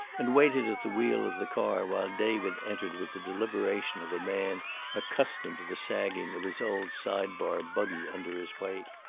and waited at the wheel of the car while david entered with the deliberation of a man accustomed to the sagging of his old side-bar buggy under his weight.